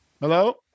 Hello